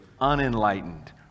unenlightened